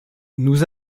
nous